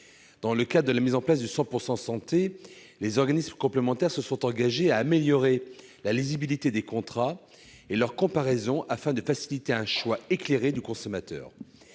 Dans le cadre de la mise en place du « 100 % santé », ces organismes complémentaires se sont engagés à améliorer la lisibilité des contrats et leur comparaison, afin de faciliter un choix éclairé du consommateur.